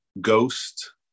Ghost